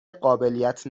قابلیت